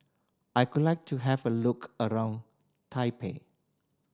I could like to have a look around Taipei